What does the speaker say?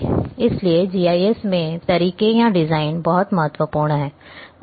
इसलिए जीआईएस में तरीके या डिजाइन बहुत महत्वपूर्ण हैं